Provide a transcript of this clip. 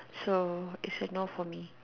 so it's a no for me